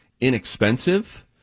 inexpensive